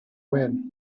wind